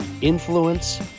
influence